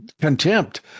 contempt